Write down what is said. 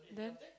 then